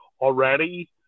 already